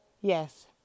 Yes